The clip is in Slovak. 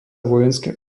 vojenské